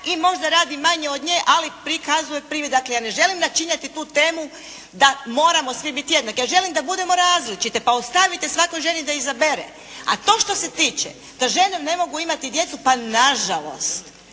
i možda radi manje od nje ali prikazuje privid. Dakle, ja ne želim načinjati tu temu da moramo svi biti jednaki. Ja želim da budemo različiti. Pa ostavite svakoj ženi da izabere. A to što se tiče da žene ne mogu imati djecu, pa nažalost.